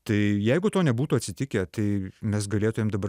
tai jeigu to nebūtų atsitikę tai mes galėtumėm dabar